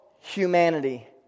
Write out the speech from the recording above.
humanity